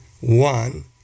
one